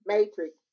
Matrix